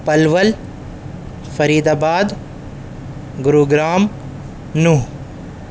Palwal Faridabad Gurugram Nuh